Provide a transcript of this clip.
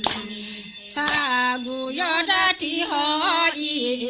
da da yeah ah da da ah da